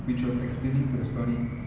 which was explaining to the story